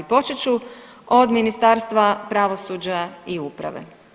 Počet ću od Ministarstva pravosuđa i uprave.